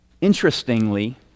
Interestingly